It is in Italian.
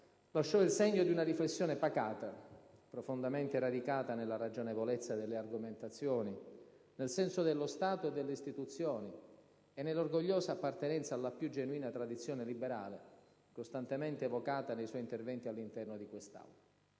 lasciò il segno di una riflessione pacata, profondamente radicata nella ragionevolezza delle argomentazioni, nel senso dello Stato e delle istituzioni e nell'orgogliosa appartenenza alla più genuina tradizione liberale, costantemente evocata nei suoi interventi all'interno di quest'Aula.